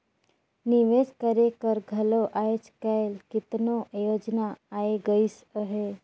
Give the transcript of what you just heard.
निवेस करे कर घलो आएज काएल केतनो योजना आए गइस अहे